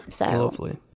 lovely